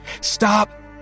Stop